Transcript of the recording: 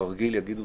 וכרגיל יגידו